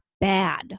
bad